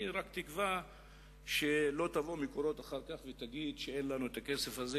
אני רק מקווה שלא תבוא "מקורות" אחר כך ותגיד שאין לה הכסף הזה,